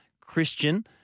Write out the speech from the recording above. Christian